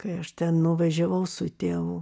kai aš ten nuvažiavau su tėvu